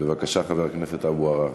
בבקשה, חבר הכנסת אבו עראר.